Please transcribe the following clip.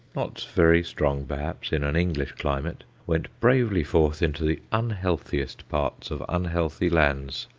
not very strong perhaps in an english climate, went bravely forth into the unhealthiest parts of unhealthy lands,